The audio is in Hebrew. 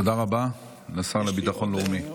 תודה רבה לשר לביטחון הלאומי.